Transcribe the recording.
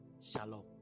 Shalom